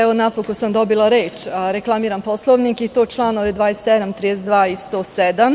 Evo, napokon sam dobila reč, reklamiram Poslovnik i to član 27, 32. i 107.